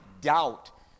doubt